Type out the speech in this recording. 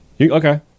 Okay